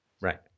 Right